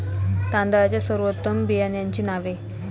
तांदळाच्या सर्वोत्तम बियाण्यांची नावे?